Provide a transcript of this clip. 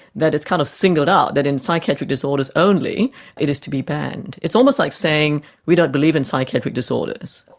that it's kind of singled out, that in psychiatric disorders only it is to be banned. it's almost like saying we don't believe in psychiatric disorders,